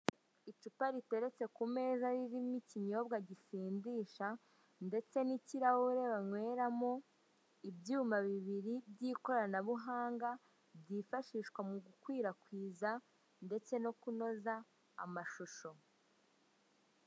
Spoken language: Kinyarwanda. Icupa riteretse ku meza ririmo ikinyobwa gisindisha ndetse n'ikirahuri banyweramo ibyuma bibiri by'ikoranabuhanga byifashishwa mu gukwirakwiza ndetse no kunoza amashusho.